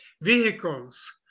vehicles